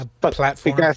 platform